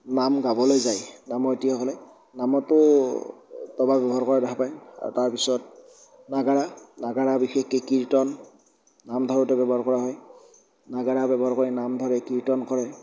নাম গাবলৈ যায় নামতিসকলে নামতো দবা ব্যৱহাৰ কৰা দেখা পায় আৰু তাৰপিছত নাগাৰা নাগাৰা বিশেষকে কীৰ্তন নাম ধৰোঁতে ব্যৱহাৰ কৰা হয় নাগাৰা ব্যৱহাৰ কৰে নাম ধৰে কীৰ্তন কৰে